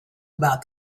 about